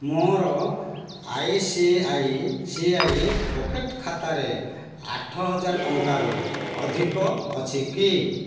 ମୋର I C I C I pocket ଖାତାରେ ଆଠ ହଜାର ଟଙ୍କାରୁ ଅଧିକ ଅଛି କି